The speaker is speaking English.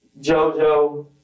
JoJo